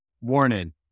warning